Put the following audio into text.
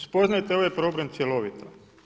Spoznajte ovaj problem cjelovito.